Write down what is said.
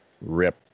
rip